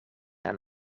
aan